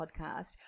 podcast